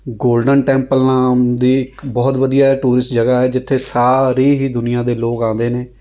golden Temple ਨਾਮ ਦੀ ਇੱਕ ਬਹੁਤ ਵਧੀਆ ਟੂਰਿਸਟ ਜਗ੍ਹਾ ਹੈ ਜਿੱਥੇ ਸਾਰੀ ਹੀ ਦੁਨੀਆ ਦੇ ਲੋਕ ਆਉਂਦੇ ਨੇ